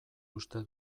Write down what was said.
uste